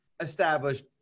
establish